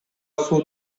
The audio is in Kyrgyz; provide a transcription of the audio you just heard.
суу